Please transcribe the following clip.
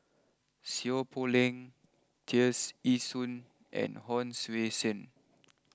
Seow Poh Leng Tears Ee Soon and Hon Sui Sen